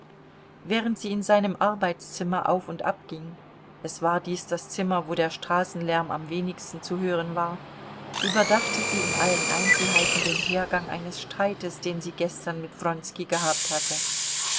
während sie in seinem arbeitszimmer auf und ab ging es war dies das zimmer wo der straßenlärm am wenigsten zu hören war überdachte sie in allen einzelheiten den hergang eines streites den sie gestern mit wronski gehabt hatte